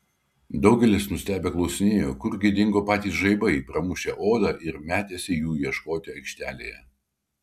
daugelis nustebę klausinėjo kurgi dingo patys žaibai pramušę odą ir metėsi jų ieškoti aikštelėje